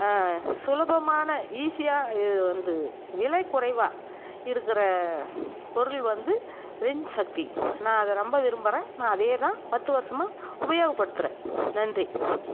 சுலபமான ஈஸியா வந்து விலை குறைவாக இருக்கிற பொருள் வந்து ரின் சக்தி நான் அதை ரொம்ப விரும்புறேன் நான் அதேதான் பத்து வருஷமாக உபயோக படுத்துறேன் நன்றி